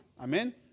Amen